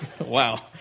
Wow